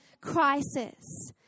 crisis